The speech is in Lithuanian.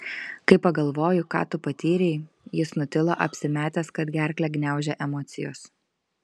kai pagalvoju ką tu patyrei jis nutilo apsimetęs kad gerklę gniaužia emocijos